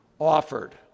offered